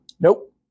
nope